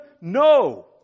No